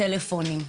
בטלפונים.